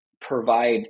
provide